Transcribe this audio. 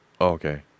Okay